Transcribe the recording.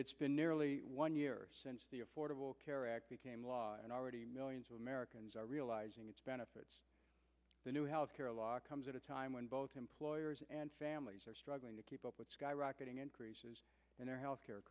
it's been nearly one year since the affordable care act became law and already millions of americans are realizing its benefits the new health care law comes at a time when both employers and families are struggling to keep up with skyrocketing increase in their health care